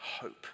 hope